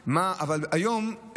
אבל היום,